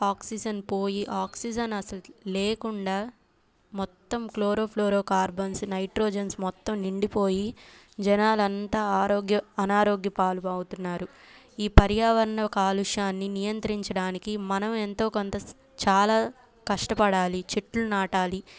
oxygen పోయి oxygen అసలు లేకుండా మొత్తం క్లోరోఫ్లోరో కార్బన్స్ నైట్రోజెన్ మొత్తం నిండిపోయి జనాలంతా ఆరోగ్య అనారోగ్య పాలువవుతున్నారు ఈ పర్యావరణ కాలుష్యాన్ని నియంత్రించడానికి మనం ఎంతో కొంత చాలా కష్టపడాలి చెట్లు నాటాలి